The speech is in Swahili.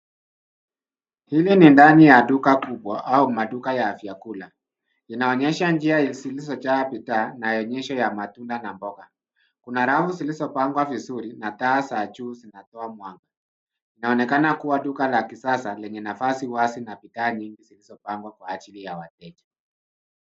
Hili ni ndani ya duka kubwa, au maduka ya vyakula, inaonyesha njia zilizojaa bidhaa, na ya onyesho ya matunda, na mboga. Kuna rafu zilizopangwa vizuri, na taa za juu zinatoa mwanga, inaonekana kuwa duka la kisasa, lenye nafasi wazi na bidhaa nyingi zilizopangwa kwa ajili ya wateja.